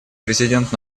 президент